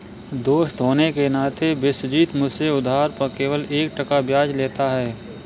दोस्त होने के नाते विश्वजीत मुझसे उधार पर केवल एक टका ब्याज लेता है